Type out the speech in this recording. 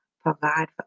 provide